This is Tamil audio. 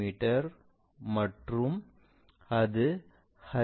மீ மற்றும் அது H